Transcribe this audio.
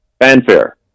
fanfare